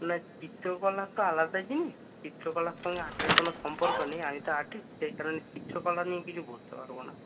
না চিত্রকলা তো আলাদা জিনিস চিত্রকলার সঙ্গে আর্টের কোনো সম্পর্ক নেই আমি তো আর্টিস্ট সেই কারণে চিত্রকলা নিয়ে কিছু বলতে পারবো না